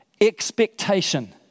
expectation